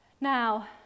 Now